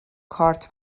کارت